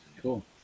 Cool